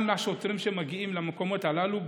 גם לשוטרים שמגיעים למקומות הללו,